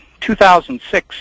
2006